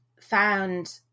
found